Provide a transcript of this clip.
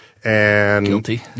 Guilty